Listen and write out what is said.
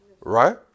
Right